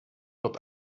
wird